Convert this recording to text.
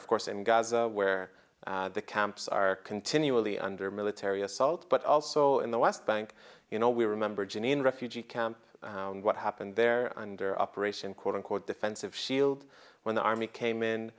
of course in gaza where the camps are continually under military assault but also in the west bank you know we remember jenin refugee camp and what happened there under operation quote unquote defensive shield when the army